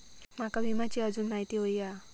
माका विम्याची आजून माहिती व्हयी हा?